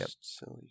silly